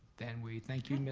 then, we thank you,